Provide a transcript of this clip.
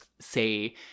say